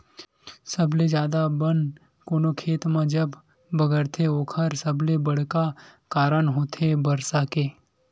सबले जादा बन कोनो खेत म जब बगरथे ओखर सबले बड़का कारन होथे बरसा के